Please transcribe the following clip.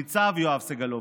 ניצב יואב סגלוביץ'.